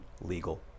legal